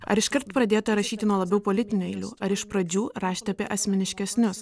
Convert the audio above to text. ar iškart pradėjote rašyti nuo labiau politinių eilių ar iš pradžių rašėte apie asmeniškesnius